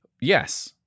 Yes